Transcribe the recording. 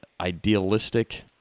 idealistic